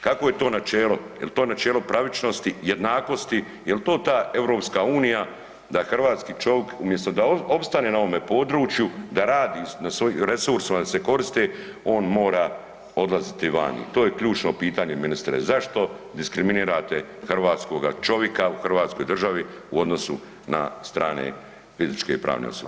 Kakvo je to načelo, jel to načelo pravičnosti i jednakosti, jel to ta EU da hrvatski čovik umjesto da opstane na ovome području da radi na svojim resursima, da se koriste, on mora odlaziti vani, to je ključno pitanje ministre, zašto diskriminirate hrvatskoga čovika u hrvatskoj državi u odnosu na strane fizičke i pravne osobe?